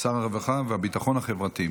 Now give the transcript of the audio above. שר הרווחה והביטחון החברתי.